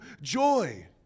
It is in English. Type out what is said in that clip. joy